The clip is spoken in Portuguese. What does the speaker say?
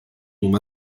uma